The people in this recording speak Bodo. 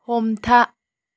हमथा